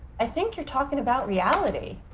i think you're talking about reality.